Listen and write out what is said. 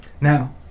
Now